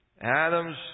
Adam's